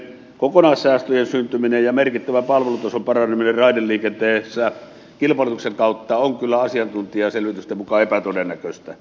kokonaissäästöjen syntyminen ja merkittävä palvelutason paraneminen raideliikenteessä kilpailutuksen kautta on kyllä asiantuntijaselvitysten mukaan epätodennäköistä